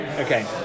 Okay